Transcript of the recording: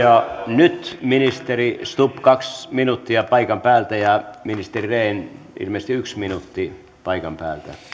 nyt ministeri stubb kaksi minuuttia paikan päältä ja ministeri rehn ilmeisesti yksi minuutti paikan päältä